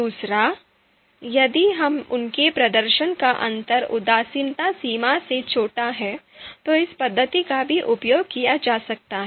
दूसरा यदि उनके प्रदर्शन का अंतर उदासीनता सीमा से छोटा है तो इस पद्धति का भी उपयोग किया जा सकता है